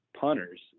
punters